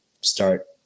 start